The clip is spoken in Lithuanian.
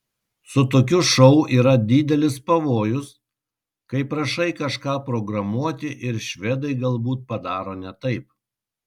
su tokiu šou yra didelis pavojus kai prašai kažką programuoti ir švedai galbūt padaro ne taip